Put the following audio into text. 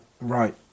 Right